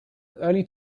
only